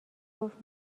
گفت